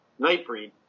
Nightbreed